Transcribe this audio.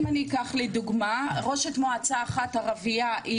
אם אני אקח לדוגמה את תפקיד ראש מועצה אין